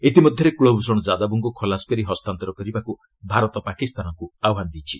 ଇତିମଧ୍ୟରେ କୂଲ୍ଭୂଷଣ ଯାଦବଙ୍କୁ ଖଲାସ କରି ହସ୍ତାନ୍ତର କରିବାକୁ ଭାରତ ପାକିସ୍ତାନକୁ ଆହ୍ୱାନ ଦେଇଛି